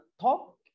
talk